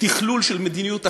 תכלול של מדיניות אחידה,